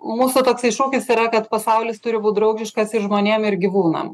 mūsų toksai šūkis yra kad pasaulis turi būt draugiškas ir žmonėm ir gyvūnam